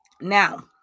Now